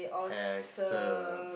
handsome